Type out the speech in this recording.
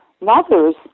mothers